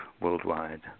worldwide